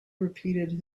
repeated